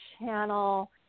channel